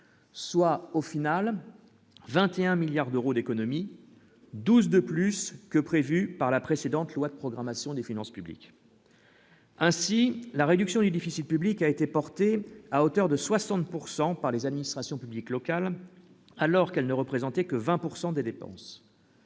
soit au final 21 milliards d'euros d'économies 12 de plus que prévu par la précédente loi de programmation des finances publiques. Ainsi, la réduction du déficit public, a été porté à hauteur de 60 pourcent par les administrations publiques locales alors qu'elle ne représentait que 20 pourcent des dépenses